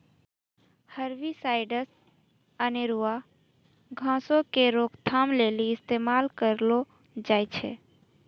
herbicides अनेरुआ घासो के रोकथाम लेली इस्तेमाल करलो जाय छै